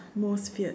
most feared